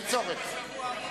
התשס”ט 2009,